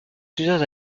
plusieurs